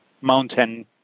Mountain